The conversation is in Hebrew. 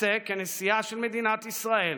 אצא כנשיאה של מדינת ישראל